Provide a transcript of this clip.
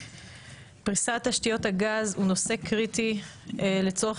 פריסת תשתיות הגז הוא נושא קריטי לצורך